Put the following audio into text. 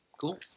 cool